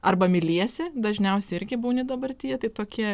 arba myliesi dažniausiai irgi būni dabartyje tai tokie